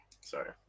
Sorry